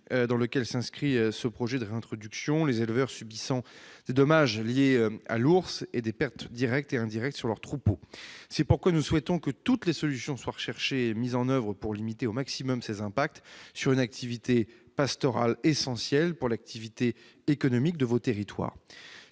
dans lequel s'inscrit ce projet de réintroduction, les éleveurs subissant des dommages liés à l'ours, et des pertes directes et indirectes sur leurs troupeaux. Nous souhaitons que toutes les solutions soient recherchées et mises en oeuvre pour limiter au maximum ces impacts sur une activité pastorale essentielle pour l'activité économique de vos territoires.